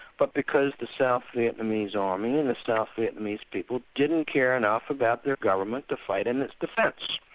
but because the south vietnamese army and the south vietnamese people didn't care enough about their government to fight in its defence.